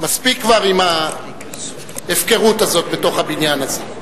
מספיק כבר עם ההפקרות הזו בתוך הבניין הזה.